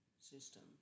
system